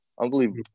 unbelievable